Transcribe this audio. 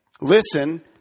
listen